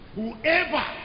Whoever